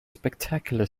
spectacular